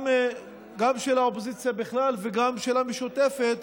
גם של האופוזיציה בכלל וגם של המשותפת,